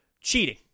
cheating